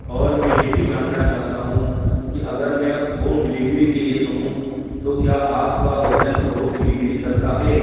اور میں یہ بھی جاننا چاہتا ہوں کہ اگر میں ہوم ڈلیوری کے لیے کہوں تو کیا آپ کا ہوٹل ہوم ڈلیوری کرتا ہے